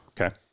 Okay